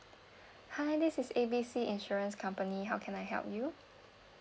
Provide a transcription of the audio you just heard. hi this is A B C insurance company how can I help you